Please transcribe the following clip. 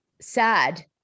sad